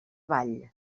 vall